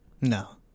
No